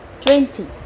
twenty